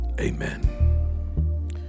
amen